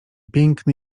piękny